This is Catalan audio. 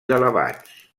elevats